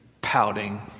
pouting